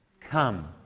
Come